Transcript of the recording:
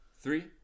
Three